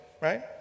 right